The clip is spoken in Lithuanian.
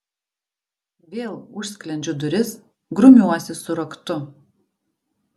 vėl užsklendžiu duris grumiuosi su raktu